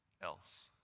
else